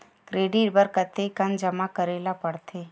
Credit बर कतेकन जमा करे ल पड़थे?